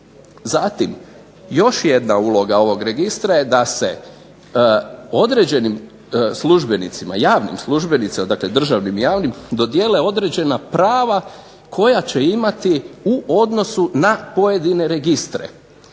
Zatim, još jedna uloga ovog registra je da se određenim službenicima, javnim službenicima, dakle državnim i javnim dodijele određena prava koja će imati u odnosu na pojedine registre.